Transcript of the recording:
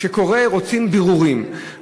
כשקורה שרוצים בירורים,